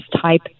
type